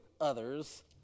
others